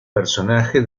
personaje